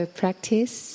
practice